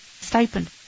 stipend